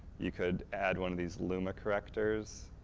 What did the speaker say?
you could add one of these luma correctors,